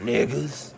Niggas